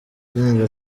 ndumva